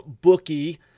bookie